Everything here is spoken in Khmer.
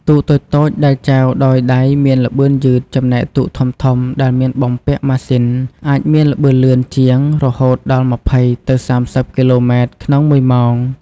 ទូកតូចៗដែលចែវដោយដៃមានល្បឿនយឺត ចំណែកទូកធំៗដែលមានបំពាក់ម៉ាស៊ីនអាចមានល្បឿនលឿនជាង រហូតដល់ ២០ ទៅ ៣០ គីឡូម៉ែត្រក្នុងមួយម៉ោង ។